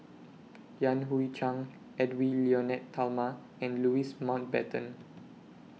Yan Hui Chang Edwy Lyonet Talma and Louis Mountbatten